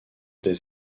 des